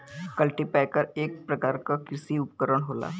cultipacker एक परकार के कृषि उपकरन होला